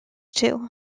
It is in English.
too